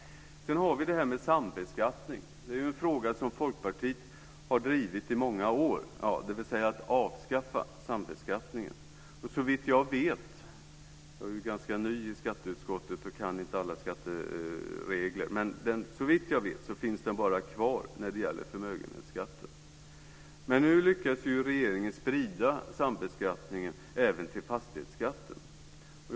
Sedan har vi det här med sambeskattning. Det är en fråga som Folkpartiet har drivit i många år, dvs. att avskaffa sambeskattningen. Såvitt jag vet - jag är ny i skatteutskottet och kan inte alla skatteregler - finns den bara kvar när det gäller förmögenhetsskatten. Men nu lyckas regeringen sprida sambeskattningen även till fastighetsskatten.